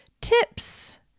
tips